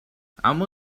اما